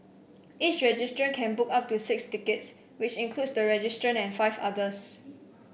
each registrant can book up to six tickets which includes the registrant and five others